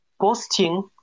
Posting